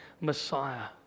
messiah